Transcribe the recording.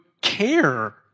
care